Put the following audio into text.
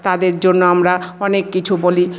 তাদের জন্য আমরা অনেক কিছু বলি